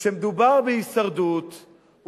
כשמדובר בהישרדות,